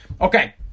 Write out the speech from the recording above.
Okay